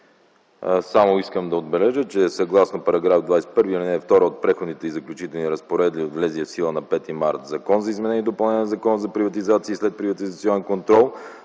Само искам да отбележа, че съгласно § 21, ал. 2 от Преходните и заключителни разпоредби на влезлия в сила на 5 март т.г. Закон за изменение и допълнение на Закона за приватизация и следприватизационен контрол